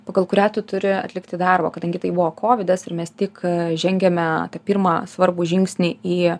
pagal kurią tu turi atlikti darbą kadangi tai buvo kovidas ir mes tik žengėme pirmą svarbų žingsnį į